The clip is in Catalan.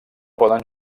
poden